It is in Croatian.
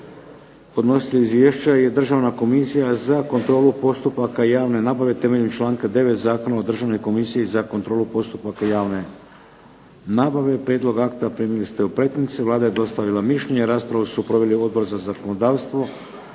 Podnositelj izvješća je Državna komisija za kontrolu postupaka javne nabave temeljem članka 9. Zakona o Državnom komisiji za kontrolu postupaka javne nabave. Prijedlog akta primili ste u pretince. Vlada je dostavila mišljenje. Raspravu su proveli Odbor za zakonodavstvo,